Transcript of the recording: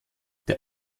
der